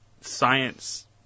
science